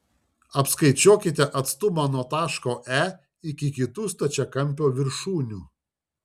apskaičiuokite atstumą nuo taško e iki kitų stačiakampio viršūnių